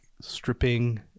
stripping